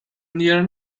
near